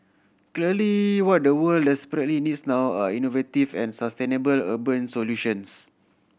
clearly what the world desperately needs now are innovative and sustainable urban solutions